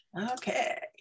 Okay